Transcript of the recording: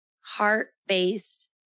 heart-based